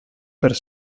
per